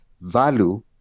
value